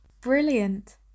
Brilliant